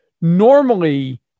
normally